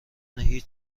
هیچ